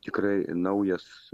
tikrai naujas